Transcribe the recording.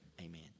amen